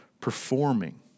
performing